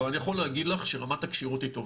אבל אני יכול להגיד לך שרמת הכשירות היא טובה.